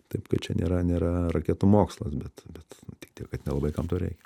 taip kad čia nėra nėra raketų mokslas bet bet tik tiek kad nelabai kam to reikia